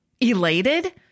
Elated